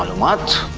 ah much